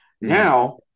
Now